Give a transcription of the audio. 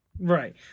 right